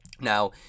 Now